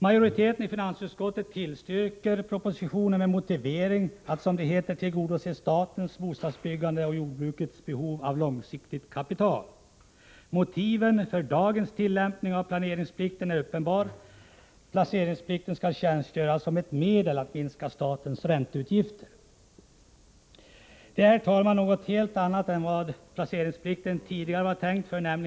Majoriteten i finansutskottet tillstyrker propositionen med motiveringen att man, som det heter, vill tillgodose statens, bostadsbyggandets och jordbrukets behov av långsiktigt kapital. Motiven för dagens tillämpning av placeringsplikten är uppenbar. Den skall tjänstgöra som ett medel för att minska statens ränteutgifter. Detta är, herr talman, något helt annat än det som placeringsplikten tidigare var tänkt att vara.